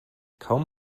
kaum